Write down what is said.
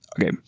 Okay